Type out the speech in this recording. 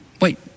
Wait